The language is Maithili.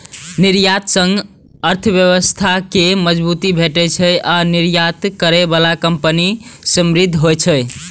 निर्यात सं अर्थव्यवस्था कें मजबूती भेटै छै आ निर्यात करै बला कंपनी समृद्ध होइ छै